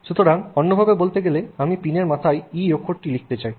সুতরাং অন্যভাবে বলতে গেলে আমি পিনের মাথায় E অক্ষরটি লিখতে চাই